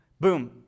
Boom